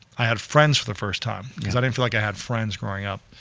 i had friends for the first time. cause i didn't feel like i had friends growing up.